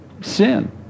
sin